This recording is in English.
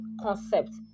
concept